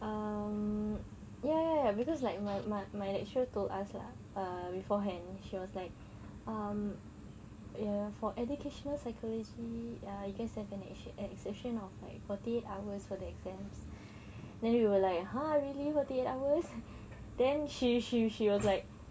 um ya ya ya cause like my my lecturer told us lah err beforehand she was like um ya for educational psychology ya you guys have an exception of like forty eight hours for the exams then we were like !huh! really forty eight hours then she she she was like